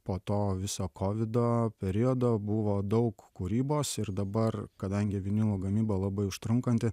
po to viso kovido periodo buvo daug kūrybos ir dabar kadangi vinilų gamyba labai užtrunkanti